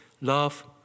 love